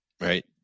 right